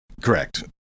Correct